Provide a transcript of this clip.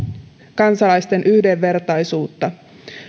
kansalaisten yhdenvertaisuutta